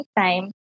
time